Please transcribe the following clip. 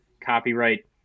copyright